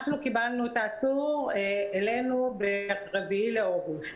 אנחנו קיבלנו את העצור אלינו ב-4 באוגוסט.